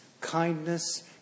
kindness